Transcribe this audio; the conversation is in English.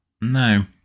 No